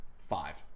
five